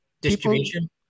distribution